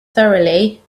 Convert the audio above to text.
thoroughly